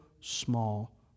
small